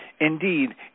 Indeed